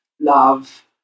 love